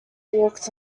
walked